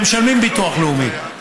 והם משלמים ביטוח לאומי.